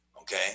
Okay